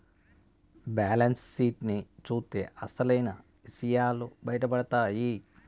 balance sheet ని చూత్తే అసలైన ఇసయాలు బయటపడతాయి